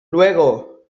luego